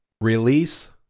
Release